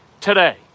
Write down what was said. today